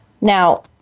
Now